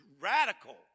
radical